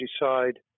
decide